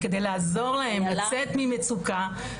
וכדי לעזור להם לצאת ממצוקה.